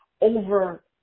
over